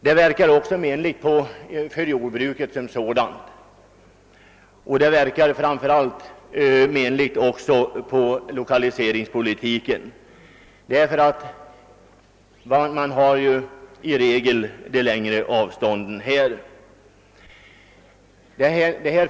Den inverkar även menligt på jordbruket som sådant, och den verkar framför allt menligt på lokaliseringspolitiken; de längre avstånden har man ju i regel inom lokaliseringsområdena.